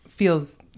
Feels